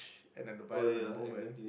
an environment at the moment